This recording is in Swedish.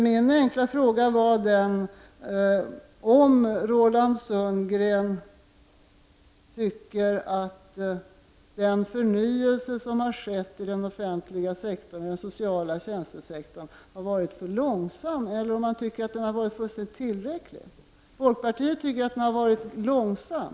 Min fråga till Roland Sundgren var om han tycker att den förnyelse som har skett i den offentliga sektorn, i den sociala tjänstesektorn, har varit för långsam eller om han tycker att den har varit tillräcklig. Folkpartiet tycker att den har varit långsam.